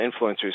influencers